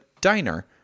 diner